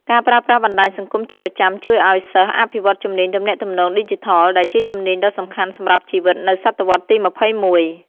ការប្រើប្រាស់បណ្ដាញសង្គមជាប្រចាំជួយឱ្យសិស្សអភិវឌ្ឍជំនាញទំនាក់ទំនងឌីជីថល ដែលជាជំនាញដ៏សំខាន់សម្រាប់ជីវិតនៅសតវត្សរ៍ទី ២១។